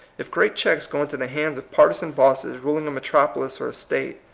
if great checks go into the hands of partisan bosses ruling a metropolis or a state,